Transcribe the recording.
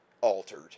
altered